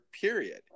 period